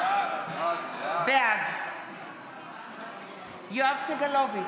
בעד יואב סגלוביץ'